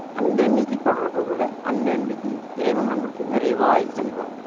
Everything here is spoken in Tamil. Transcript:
அன்னன்னைக்கு தொடர்புகொள்ள அன்னன்னைக்கு இறைவன் நம்மளுக்கு நிறைவாய் செய்வார்